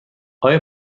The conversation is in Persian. آیا